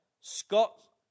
Scott